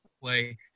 play